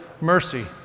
mercy